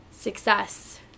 Success